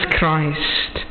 Christ